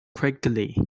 quickly